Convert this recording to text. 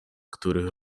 których